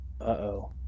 Uh-oh